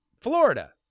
Florida